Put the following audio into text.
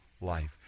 life